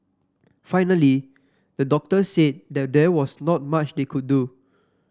finally the doctors said that there was not much they could do